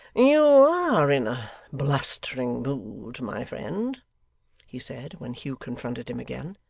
you are in a blustering mood, my friend he said, when hugh confronted him again.